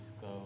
go